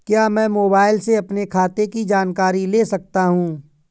क्या मैं मोबाइल से अपने खाते की जानकारी ले सकता हूँ?